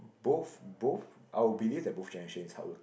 both both I will believe that both generation is